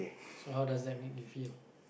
so how does that make you feel